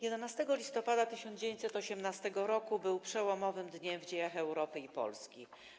11 listopada 1918 r. był przełomowym dniem w dziejach Europy i Polski.